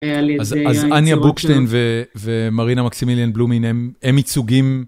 אז אניה בוקשטיין ומרינה מקסימיליאן בלומין הם ייצוגים...